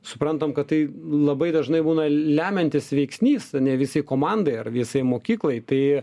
suprantam kad tai labai dažnai būna lemiantis veiksnys ane visai komandai ar visai mokyklai tai